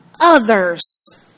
others